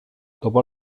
dopo